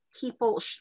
people